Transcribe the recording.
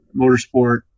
motorsport